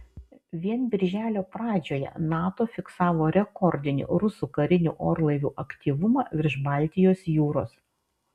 vien birželio pradžioje nato fiksavo rekordinį rusų karinių orlaivių aktyvumą virš baltijos jūros